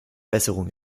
besserung